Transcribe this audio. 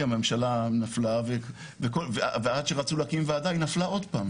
רחמנא ליצלן,